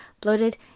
bloated